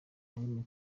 yaremye